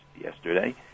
yesterday